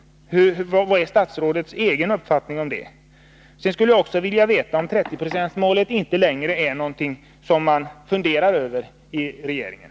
Vad är statsrådets egen uppfattning i denna fråga? Jag skulle också vilja veta om 30-procentsmålet inte längre är aktuellt i regeringen.